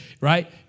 right